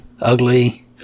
ugly